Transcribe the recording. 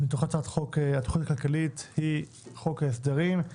מתוך הצעת החוק התכנית הכלכלית, היא חוק ההסדרים.